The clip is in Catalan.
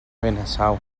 benasau